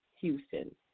Houston